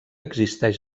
existeix